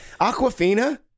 Aquafina